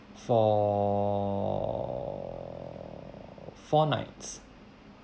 for four nights